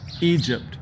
Egypt